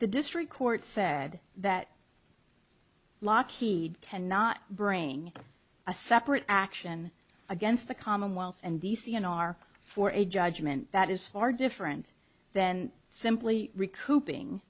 the district court said that lockheed cannot bring a separate action against the commonwealth and d c and are for a judgment that is far different than simply recouping